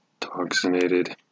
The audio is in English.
toxinated